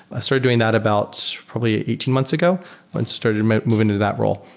i started doing that about probably eighteen months ago and started moving to that role.